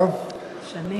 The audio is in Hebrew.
שנים.